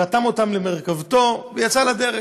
רתם אותם למרכבתו ויצא לדרך.